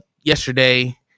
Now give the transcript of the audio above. yesterday